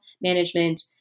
management